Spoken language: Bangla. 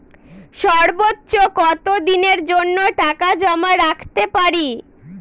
সর্বোচ্চ কত দিনের জন্য টাকা জমা রাখতে পারি?